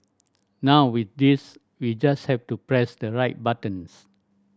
now with this we just have to press the right buttons